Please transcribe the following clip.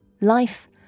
Life